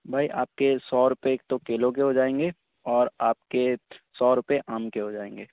بھائی آپ کے سو روپے ایک تو کیلوں کے ہو جائیں گے اور آپ کے سو روپے آم کے ہو جائیں گے